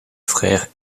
frère